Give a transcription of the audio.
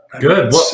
Good